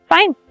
Fine